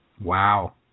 Wow